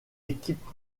équipe